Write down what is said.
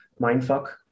mindfuck